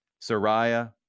Sariah